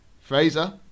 Fraser